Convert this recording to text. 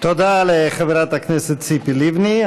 תודה לחברת הכנסת ציפי לבני.